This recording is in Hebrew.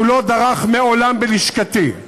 שהוא לא דרך מעולם בלשכתי,